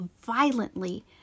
violently